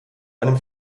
einem